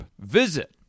Visit